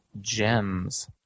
gems